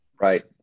Right